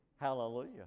Hallelujah